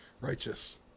Righteous